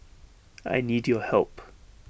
I need your help